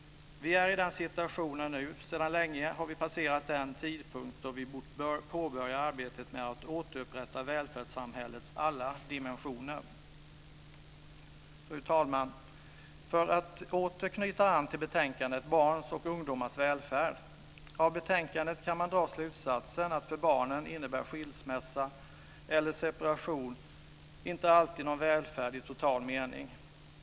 Vi är i den situationen nu. Sedan länge har vi passerat den tidpunkt då vi borde ha påbörjat arbetet med att återupprätta välfärdssamhällets alla dimensioner. Fru talman! Jag ska åter knyta an till betänkandet Barns och ungdomars välfärd. Av betänkandet kan man dra slutsatsen att för barnen innebär skilsmässa eller separation inte alltid någon välfärd i total mening.